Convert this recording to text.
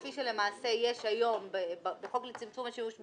כפי שלמעשה יש היום בחוק לצמצום השימוש במזומן,